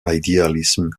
idealism